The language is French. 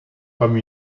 comme